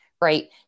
right